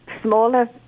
smaller